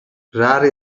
rari